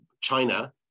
China